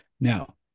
Now